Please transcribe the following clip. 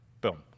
Boom